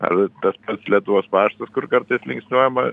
ar tas pats lietuvos paštas kur kartais linksniuojama